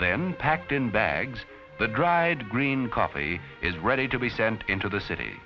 then packed in bags the dried green coffee is ready to be sent into the city